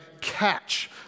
catch